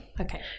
okay